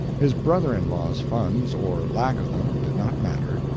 his brother-in-law's funds, or lack of them, did not matter.